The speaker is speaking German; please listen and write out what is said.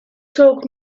zog